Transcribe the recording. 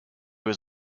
was